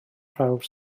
prawf